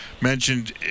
mentioned